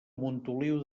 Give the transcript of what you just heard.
montoliu